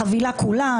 החבילה כולה,